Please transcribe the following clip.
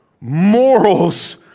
morals